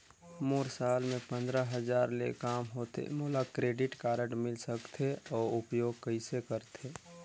मोर साल मे पंद्रह हजार ले काम होथे मोला क्रेडिट कारड मिल सकथे? अउ उपयोग कइसे करथे?